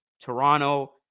Toronto